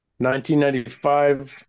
1995